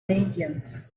agents